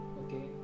okay